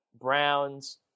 Browns